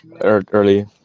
early